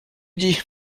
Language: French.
dis